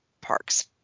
parks